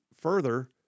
further